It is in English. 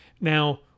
Now